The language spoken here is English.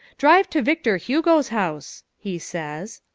drive to victor hugo's house, he says.